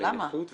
זה בנכות וזקנה.